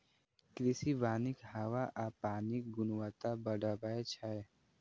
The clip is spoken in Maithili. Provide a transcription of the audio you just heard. कृषि वानिक हवा आ पानिक गुणवत्ता बढ़बै छै